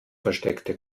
versteckte